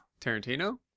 Tarantino